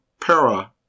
para